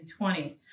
20